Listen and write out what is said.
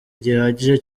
gihagije